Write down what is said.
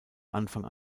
anfang